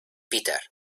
peter